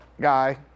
guy